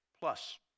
plus